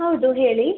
ಹೌದು ಹೇಳಿ